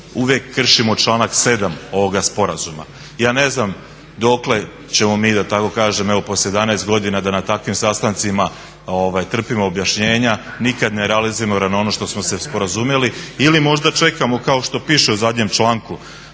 uvijek kršimo članak 7. ovoga sporazuma. Ja ne znam dokle ćemo mi da tako kažem evo posle 11 godina da na takvim sastancima trpimo objašnjenja. Nikad nerealizirano ono što smo se sporazumjeli ili možda čekamo kao što piše u zadnjem članku